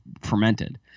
fermented